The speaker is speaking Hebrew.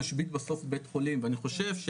משבית בסוף בית חולים ואני חושב,